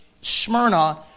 Smyrna